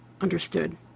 understood